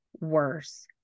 worse